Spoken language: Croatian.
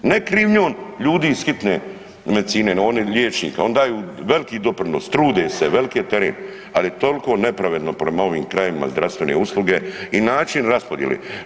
Ne krivnjom ljudi iz hitne i medine, liječnika, oni daju veliki doprinos, trude se, velik je teren, ali je toliko nepravedno prema ovim krajevima zdravstvene usluge i način raspodijele.